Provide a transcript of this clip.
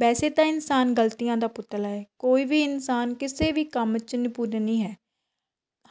ਵੈਸੇ ਤਾਂ ਇਨਸਾਨ ਗ਼ਲਤੀਆਂ ਦਾ ਪੁਤਲਾ ਹੈ ਕੋਈ ਵੀ ਇਨਸਾਨ ਕਿਸੇ ਵੀ ਕੰਮ 'ਚ ਨਿਪੁੰਨ ਨਹੀਂ ਹੈ